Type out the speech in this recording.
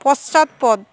পশ্চাৎপদ